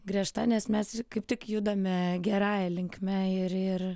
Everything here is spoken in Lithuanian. griežta nes mes kaip tik judame gerąja linkme ir ir